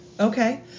okay